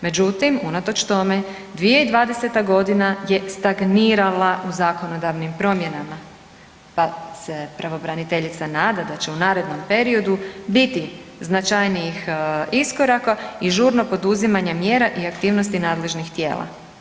Međutim, unatoč tome 2020. g. je stagnirala u zakonodavnim promjenama pa se pravobraniteljica nada da će u narednom periodu biti značajnijih iskoraka i žurno poduzimanje mjera i aktivnosti nadležnih tijela.